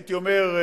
הייתי אומר,